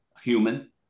human